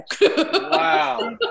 Wow